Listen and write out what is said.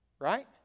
Right